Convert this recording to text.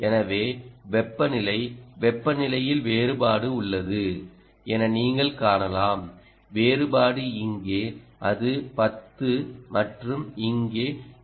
எனவே வெப்பநிலை வெப்பநிலையில் வேறுபாடு உள்ளது என நீங்கள் காணலாம் வேறுபாடு இங்கே அது 10 மற்றும் இங்கே அது 30 ஆகும்